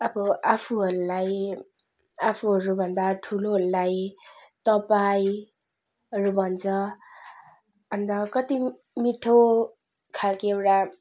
अब आफूहरूलाई आफूहरू भन्दा ठुलोहरूलाई तपाईँहरू भन्छ अन्त कति मिठो खाले एउटा